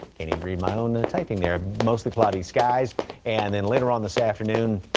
any re my own that i think they're mostly cloudy skies and then later on this afternoon.